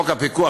חוק הפיקוח,